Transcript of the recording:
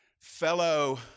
Fellow